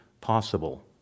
possible